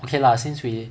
okay lah since we